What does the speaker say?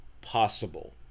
possible